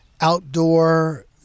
outdoor